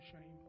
shame